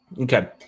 Okay